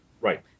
Right